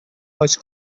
was